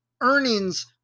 earnings